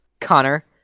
Connor